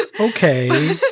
okay